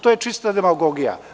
To je čista demagogija.